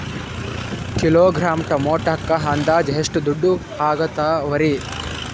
Kilogram ಟೊಮೆಟೊಕ್ಕ ಅಂದಾಜ್ ಎಷ್ಟ ದುಡ್ಡ ಅಗತವರಿ?